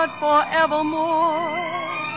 forevermore